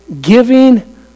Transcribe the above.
giving